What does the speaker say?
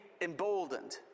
emboldened